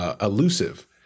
elusive